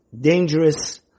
dangerous